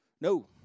No